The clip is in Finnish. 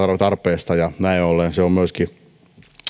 tarpeesta ja näin ollen se on myöskin